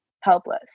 helpless